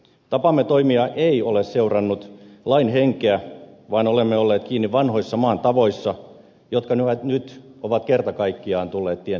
tapamme toimia ei ole seurannut lain henkeä vaan olemme olleet kiinni vanhoissa maan tavoissa jotka ovat nyt kerta kaikkiaan tulleet tiensä päähän